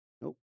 Nope